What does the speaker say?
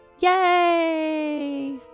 Yay